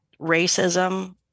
racism